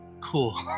cool